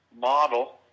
model